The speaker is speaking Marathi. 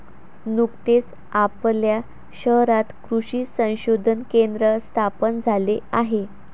नुकतेच आपल्या शहरात कृषी संशोधन केंद्र स्थापन झाले आहे